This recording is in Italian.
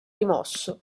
rimosso